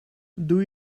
doe